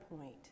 point